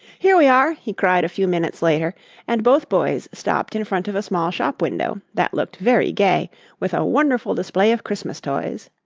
here we are, he cried a few minutes later and both boys stopped in front of a small shop window that looked very gay with a wonderful display of christmas toys.